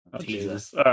Jesus